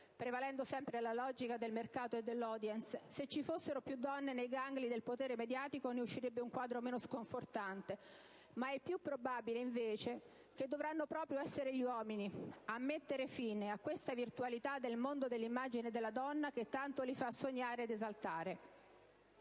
prevalendo sempre la logica del mercato e dell'*audience,* se ci fossero più donne nei gangli del potere mediatico ne uscirebbe un quadro meno sconfortante. Ma è più probabile, invece, che dovranno proprio essere gli uomini a mettere fine a questa virtualità del mondo dell' immagine della donna che tanto li fa sognare ed esaltare.